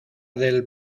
del